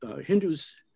Hindus